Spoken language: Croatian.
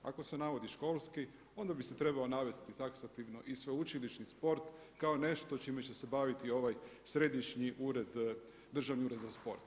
Ako se navodi školski onda bi se trebao navesti taksativno i sveučilišni sport kao nešto s čime će se baviti ovaj središnji ured, Državni ured za sport.